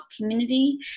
community